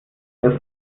das